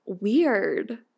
weird